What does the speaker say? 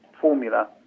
formula